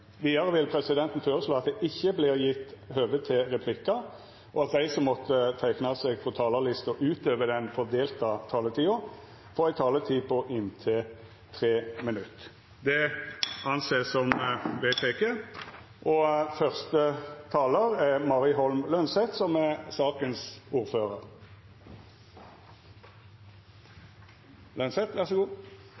Vidare vil presidenten føreslå at det ikkje vert gjeve høve til replikkar, og at dei som teiknar seg på talarlista utover den fordelte taletida, får ei taletid på inntil 3 minutt. – Det er vedteke. Digitalisering og ny teknologi gir oss uante muligheter. Først og fremst er